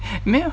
没有